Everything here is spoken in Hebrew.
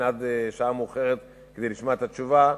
עד שעה מאוחרת כדי לשמוע את התשובה.